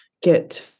get